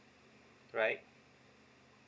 right